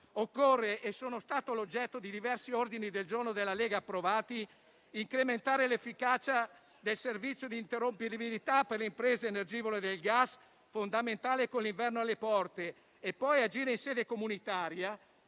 Occorre - è stato oggetto di diversi ordini del giorno della Lega approvati - incrementare l'efficacia del servizio di interrompibilità per le imprese energivore del gas, fondamentale con l'inverno alle porte e poi agire in sede comunitaria